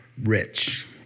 rich